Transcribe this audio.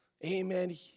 Amen